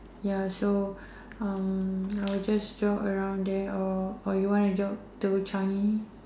ya so um I will just jog around there or or you want to jog to Changi